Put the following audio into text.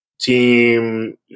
team